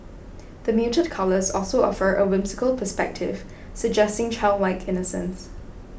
the muted colours also offer a whimsical perspective suggesting childlike innocence